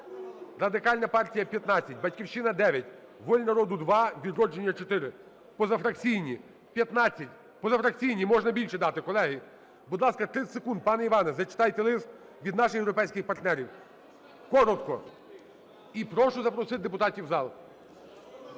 Радикальна партія – 15, "Батьківщина" – 9, "Воля народу" – 2, "Відродження" – 4, позафракційні – 15. Позафракційні, можна більше дати, колеги. Будь ласка, 30 секунд, пан Іване, зачитайте лист від наших європейських партнерів. Коротко. І прошу запросити депутатів в зал.